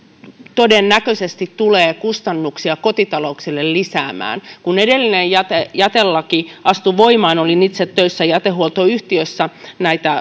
todennäköisesti tulee kustannuksia kotitalouksille lisäämään kun edellinen jätelaki astui voimaan olin itse töissä jätehuoltoyhtiössä